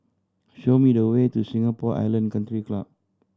show me the way to Singapore Island Country Club